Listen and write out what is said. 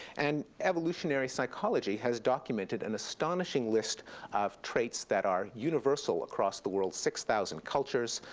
and evolutionary psychology has documented an astonishing list of traits that are universal across the world, six thousand cultures,